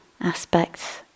aspects